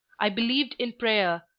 i believed in prayer,